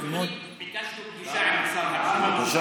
ביקשנו פגישה עם השר כבר בעבר.